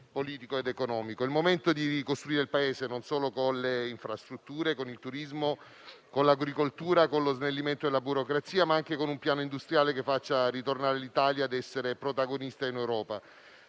il momento di ricostruire il Paese, non sono con le infrastrutture, il turismo, l'agricoltura e lo snellimento della burocrazia, ma anche con un piano industriale che faccia tornare l'Italia ad essere protagonista in Europa.